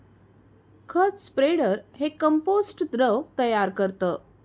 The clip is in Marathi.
खत स्प्रेडर हे कंपोस्ट द्रव तयार करतं